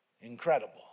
incredible